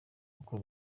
uko